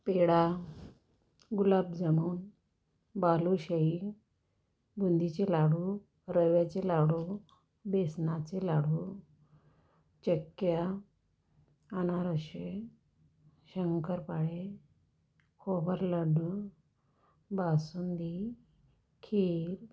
पेढा गुलाबजामून बालूशाही बुंदीचे लाडू रव्याचे लाडू बेसनाचे लाडू चकल्या अनारसे शंकरपाळे खोबरं लड्डू बासुंदी खीर